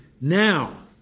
Now